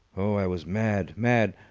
oh, i was mad mad!